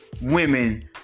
women